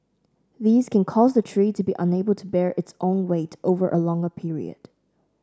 these can cause the tree to be unable to bear its own weight over a longer period